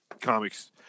comics